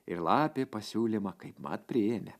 ir lapė pasiūlymą kaipmat priėmė